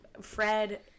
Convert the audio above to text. Fred